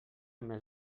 més